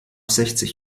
sechzig